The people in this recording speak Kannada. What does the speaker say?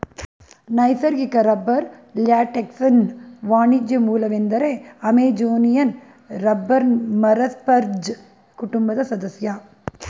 ನೈಸರ್ಗಿಕ ರಬ್ಬರ್ ಲ್ಯಾಟೆಕ್ಸ್ನ ವಾಣಿಜ್ಯ ಮೂಲವೆಂದರೆ ಅಮೆಜೋನಿಯನ್ ರಬ್ಬರ್ ಮರ ಸ್ಪರ್ಜ್ ಕುಟುಂಬದ ಸದಸ್ಯ